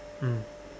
mm